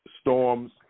storms